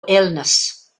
illness